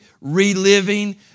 reliving